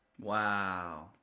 Wow